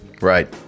Right